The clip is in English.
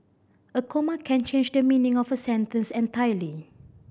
a comma can change the meaning of a sentence entirely